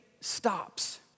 stops